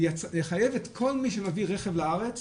שיחייב את כל מי שמביא רכב לארץ